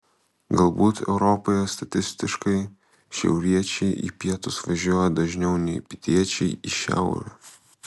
galbūt europoje statistiškai šiauriečiai į pietus važiuoja dažniau nei pietiečiai į šiaurę